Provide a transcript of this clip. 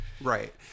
Right